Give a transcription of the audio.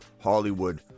Hollywood